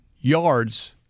yards